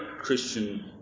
Christian